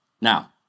Now